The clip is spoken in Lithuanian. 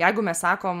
jeigu mes sakom